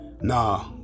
nah